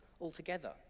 altogether